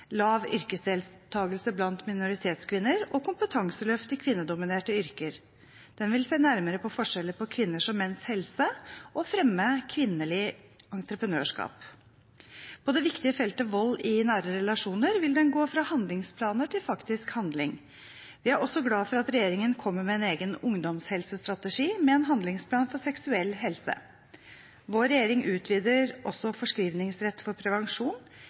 lav yrkesdeltakelse blant minoritetskvinner og kompetanseløft i kvinnedominerte yrker. Den vil se nærmere på forskjeller på kvinners og menns helse og fremme kvinners entreprenørskap. På det viktige feltet vold i nære relasjoner vil den gå fra handlingsplaner til faktisk handling. Vi er også glad for at regjeringen kommer med en egen ungdomshelsestrategi, med en handlingsplan for seksuell helse. Vår regjering utvider også forskrivningsrett for prevensjon,